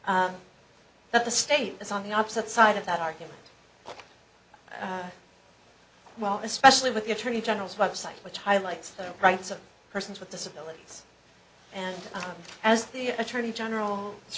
argument that the state is on the opposite side of that argument well especially with the attorney general's website which highlights the rights of persons with disabilities and as the attorney general